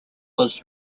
was